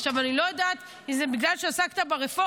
עכשיו, אני לא יודעת אם זה בגלל שעסקת ברפורמה,